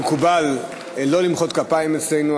מקובל לא למחוא כפיים אצלנו,